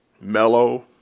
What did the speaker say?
mellow